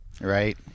Right